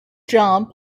jump